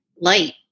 light